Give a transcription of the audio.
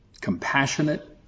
compassionate